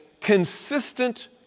consistent